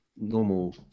normal